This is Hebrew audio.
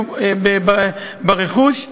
גם ברכוש.